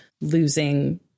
losing